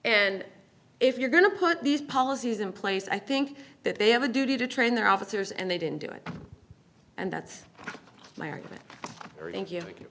and if you're going to put these policies in place i think that they have a duty to train their officers and they didn't do it and that's my argument or